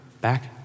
back